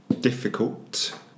difficult